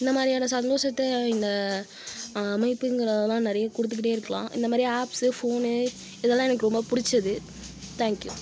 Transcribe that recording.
இந்தமாதிரியான சந்தோஷத்த இந்த அமைப்புங்கிறதெலாம் நிறைய கொடுத்துக்கிட்டே இருக்கலாம் இந்தமாதிரி ஆப்ஸு ஃபோனு இதெல்லாம் எனக்கு ரொம்ப பிடிச்சது தேங்க் யூ